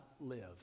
live